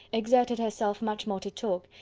exerted herself much more to talk,